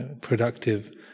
productive